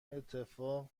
اتفاق